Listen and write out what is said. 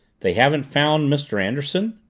they haven't found mr. anderson?